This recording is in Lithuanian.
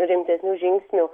rimtesniu žingsniu